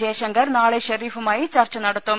ജയശങ്കർ നാളെ സരീഫുമായി ചർച്ച നടത്തും